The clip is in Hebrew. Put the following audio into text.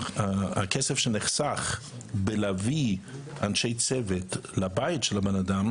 בכסף שנחסך בלהביא אנשי צוות לבית של הבן אדם.